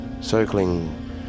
Circling